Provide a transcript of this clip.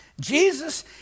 Jesus